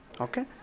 Okay